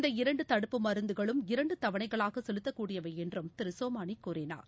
இந்த இரண்டுதடுப்பு மருந்துகளும் இரண்டுதவணைகளாகசெலுத்தக்கூடியவைஎன்றும் திருசோமானிகூறினார்